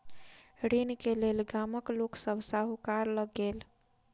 ऋण के लेल गामक लोक सभ साहूकार लग गेल